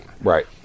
Right